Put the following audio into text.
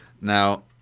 Now